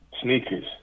Sneakers